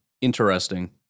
interesting